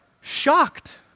Shocked